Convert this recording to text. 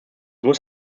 muss